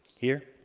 here.